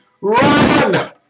run